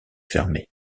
fermée